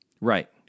Right